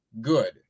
good